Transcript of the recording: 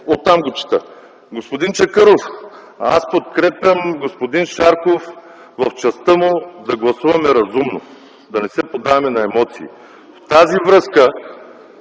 от доклада. Господин Чакъров, подкрепям господин Шарков в частта да гласуваме разумно и не се подаваме на емоции. В тази връзка